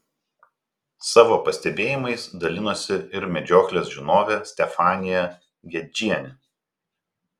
savo pastebėjimais dalinosi ir medžioklės žinovė stefanija gedžienė